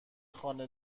خانه